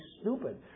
stupid